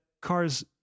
cars